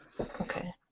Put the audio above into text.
Okay